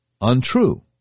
untrue